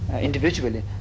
individually